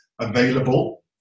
available